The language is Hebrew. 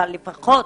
אבל, לפחות,